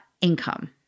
income